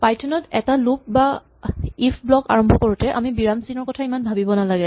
Python ত এটা loop বা ইফ ব্লক আৰম্ভ কৰোতে আমি বিৰাম চিনৰ কথা ইমান ভাৱিব নালাগে